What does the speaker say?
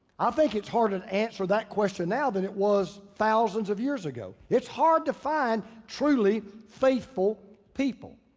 i think it's harder to answer that question now than it was thousands of years ago. it's hard to find truly faithful people.